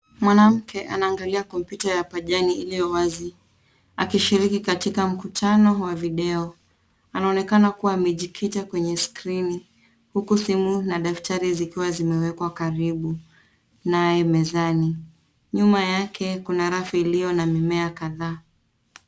Mwanamke anaangalia kompyuta ya pajani iliyowazi akishiriki katika mkutano wa video. Anaonekana kuwa amejikita kwenye skrini uku simu na daftari zikiwa zimewekwa karibu naye mezani. Nyuma yake kuna rafu iliyo na mimea kadhaa.